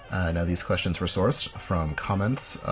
now these questions were sourced from comments,